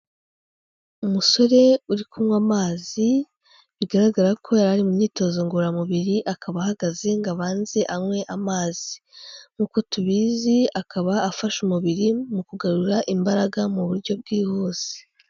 Umusore uri kunywa amazi, bigaragara ko yari mu myitozo ngororamubiri akaba ahagaze ngo abanze anywe amazi, nk'uko tubizi akaba afasha umubiri mu kugarura imbaraga, mu buryo bwihuse.